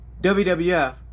WWF